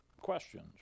questions